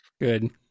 good